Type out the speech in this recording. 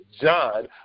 john